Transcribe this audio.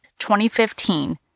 2015